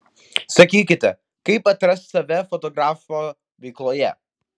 sakykite kaip atrasti save fotografo veikloje